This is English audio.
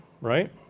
right